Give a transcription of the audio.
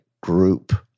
group